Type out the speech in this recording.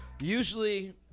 Usually